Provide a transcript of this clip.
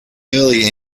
early